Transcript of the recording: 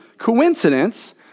coincidence